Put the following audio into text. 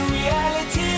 reality